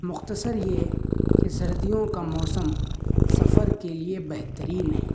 مختصر یہ کہ سردیوں کا موسم سفر کے لیے بہترین ہے